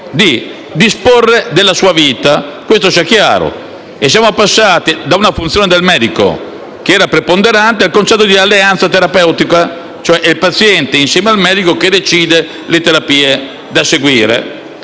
di disporre della sua vita. Questo sia chiaro. Siamo passati da una funzione del medico che era preponderante al concetto di alleanza terapeutica: è il paziente, insieme al medico, a decidere le terapie da seguire.